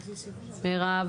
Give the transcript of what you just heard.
18-16